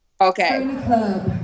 okay